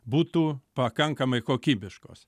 būtų pakankamai kokybiškos